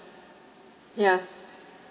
ya